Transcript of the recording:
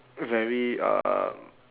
very uh